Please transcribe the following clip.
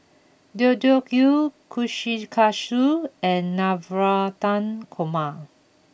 Deodeok Gui Kushikatsu and Navratan Korma